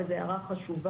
וזו הערה חשובה,